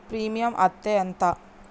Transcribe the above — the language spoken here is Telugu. ప్రీమియం అత్తే ఎంత?